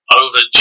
over